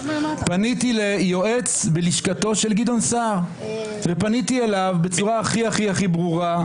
פניתי ליועץ בלשכתו של גדעון סער בצורה הכי הכי הכי ברורה,